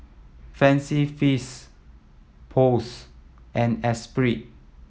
Fancy Feast Post and Espirit